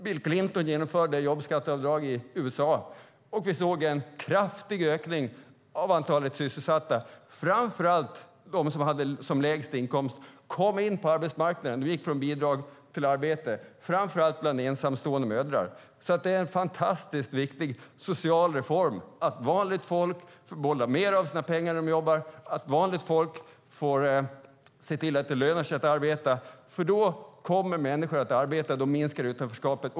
Bill Clinton genomförde jobbskatteavdraget i USA, och vi såg en kraftig ökning av antalet sysselsatta. Framför allt kom de som hade lägst inkomster in på arbetsmarknaden och gick från bidrag till arbete, och framför allt gällde det ensamstående mödrar. Det är en fantastiskt viktig social reform att vanligt folk får behålla mer av sina pengar när de jobbar, att vanligt folk får se till att det lönar sig att arbeta. Då kommer människor att arbeta, och då minskar utanförskapet.